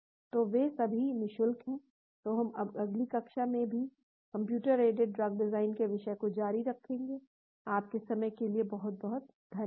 तो वे सभी नि शुल्क हैं तो हम अगली कक्षा में भी कंप्यूटर एडेड ड्रग डिज़ाइन के विषय को जारी रखेंगे आपके समय के लिए बहुत बहुत धन्यवाद